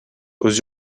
aux